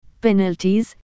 penalties